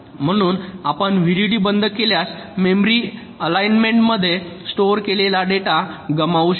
म्हणून आपण व्हीडीडी बंद केल्यास मेमरी एलिमेंट मध्ये स्टोअर केलेला आपला डेटा गमावू शकतो